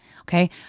Okay